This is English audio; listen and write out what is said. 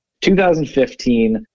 2015